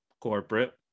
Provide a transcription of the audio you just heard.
corporate